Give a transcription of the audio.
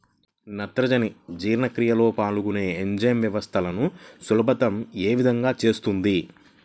నత్రజని జీవక్రియలో పాల్గొనే ఎంజైమ్ వ్యవస్థలను సులభతరం ఏ విధముగా చేస్తుంది?